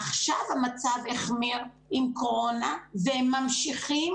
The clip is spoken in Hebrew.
עכשיו המצב החמיר עם קורונה והם ממשיכים